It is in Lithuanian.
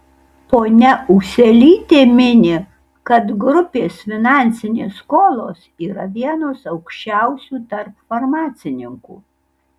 ponia ūselytė mini kad grupės finansinės skolos yra vienos aukščiausių tarp farmacininkų